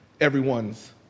everyone's